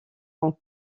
ont